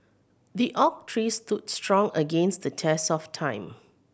the oak tree stood strong against the test of time